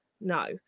no